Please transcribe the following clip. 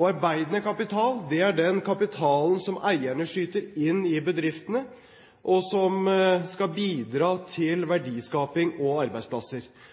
Arbeidende kapital er den kapitalen som eierne skyter inn i bedriftene, og som skal bidra til verdiskaping og arbeidsplasser.